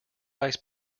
eyes